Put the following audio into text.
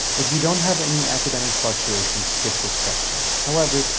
if you don't have any academic fluctuations, skip this question. however,